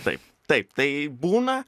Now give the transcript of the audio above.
taip taip tai būna